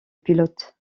pilote